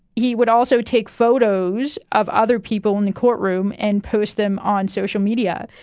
he would also take photos of other people in the courtroom and post them on social media.